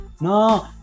no